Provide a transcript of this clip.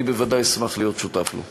אני בוודאי אשמח להיות שותף לו.